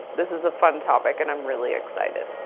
this is a fun topic and i'm really excited.